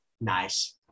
Nice